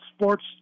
sports